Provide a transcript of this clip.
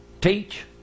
Teach